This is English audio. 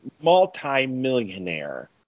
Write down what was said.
multi-millionaire